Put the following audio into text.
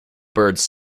birds